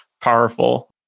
powerful